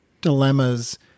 dilemmas